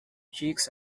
chicks